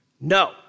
No